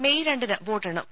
May രണ്ടിന് വോട്ടെണ്ണും